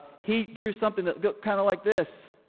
he drew something that'll go kind of like this.